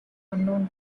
unknown